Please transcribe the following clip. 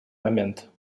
момент